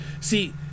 see